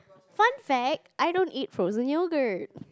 fun fact I don't eat frozen yoghurt